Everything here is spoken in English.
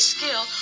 Skill